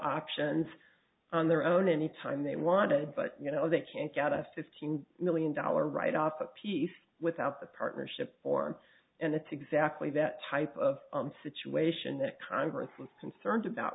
auctions on their own any time they wanted but you know they can't get a fifteen million dollar write off a piece without the partnership form and it's exactly that type of situation that congress was concerned about